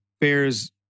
bears